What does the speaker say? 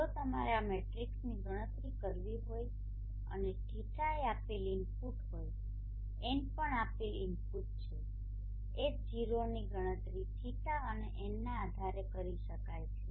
જો તમારે આ મેટ્રિક્સની ગણતરી કરવી હોય અને φ એ આપેલ ઇનપુટ હોય N પણ આપેલ ઇનપુટ છે H0ની ગણતરી φ અને Nના આધારે કરી શકાય છે